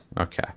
okay